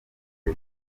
jay